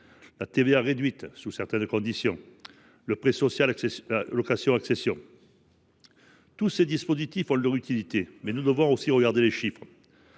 la TVA réduite sous certaines conditions ; le prêt social location accession… Tous ces dispositifs ont leur utilité, mais nous devons aussi regarder les chiffres.